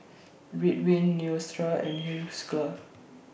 Ridwind Neostrata and Hiruscar